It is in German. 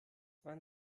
wann